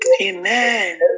Amen